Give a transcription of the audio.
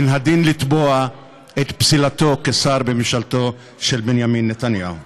מן הדין לתבוע את פסילתו כשר בממשלתו של בנימין נתניהו.